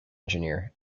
engineer